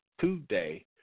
today